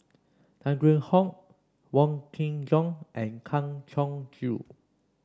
Tan Kheam Hock Wong Kin Jong and Kang Siong Joo